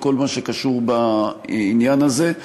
על כל מה שקשור בעניין הזה,